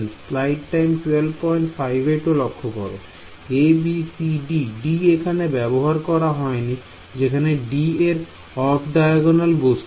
Student Student a b c d d এখানে ব্যবহার করা হয়নি যেখানে d একটি অফ ডায়াগোনাল বস্তু